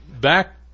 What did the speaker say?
back